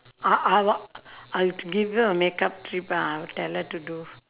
I I want I'll give you a makeup treatment I'll tell her to do